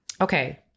Okay